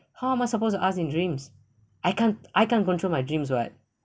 how am I supposed to ask in dreams I can't I can't control my dreams what